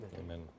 Amen